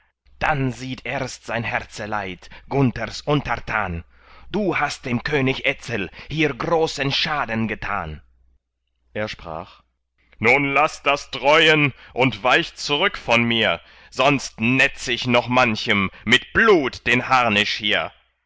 dann sieht erst sein herzeleid gunthers untertan du hast dem könig etzel hier großen schaden getan er sprach nun laßt das dräuen und weicht zurück von mir sonst netz ich noch manchem mit blut den harnisch hier